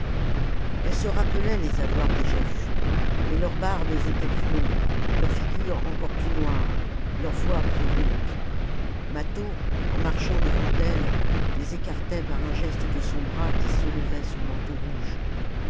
elle se rappelait les avoir déjà vus mais leurs barbes étaient plus longues leurs figures encore plus noires leurs voix plus rauques mâtho en marchant devant elle les écartait par un geste de son bras qui soulevait son manteau rouge